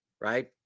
right